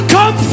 Come